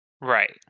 Right